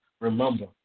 remember